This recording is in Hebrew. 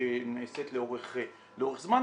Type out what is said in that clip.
שנעשית לאורך זמן,